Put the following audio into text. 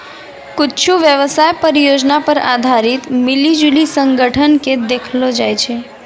कुच्छु व्यवसाय परियोजना पर आधारित मिली जुली संगठन के देखैलो जाय छै